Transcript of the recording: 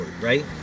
right